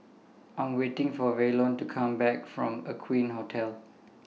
I'm waiting For Waylon to Come Back from Aqueen Hotel